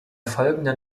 folgenden